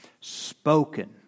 spoken